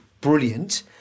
brilliant